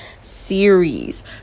series